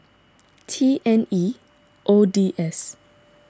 T N E O D S